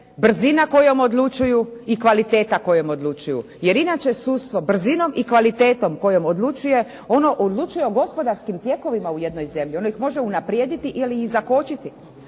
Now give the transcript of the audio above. brzina kojom odlučuju i kvaliteta kojom odlučuju. Jer inače sudstvo brzinom i kvalitetom kojom odlučuje ono odlučuje o gospodarskim tijekovima u jednoj zemlji, ono ih može unaprijediti ili zakočiti.